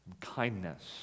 kindness